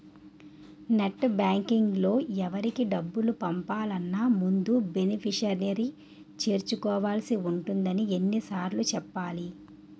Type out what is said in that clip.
net బాంకింగ్లో ఎవరికి డబ్బులు పంపాలన్నా ముందు బెనిఫిషరీని చేర్చుకోవాల్సి ఉంటుందని ఎన్ని సార్లు చెప్పాలి